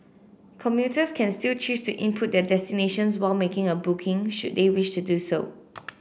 commuters can still choose to input their destinations while making a booking should they wish to do so